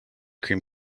cream